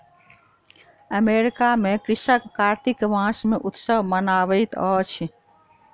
America में कृषक कार्तिक मास मे उत्सव मनबैत अछि